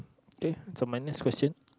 okay so my next question